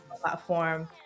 platform